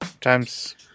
Times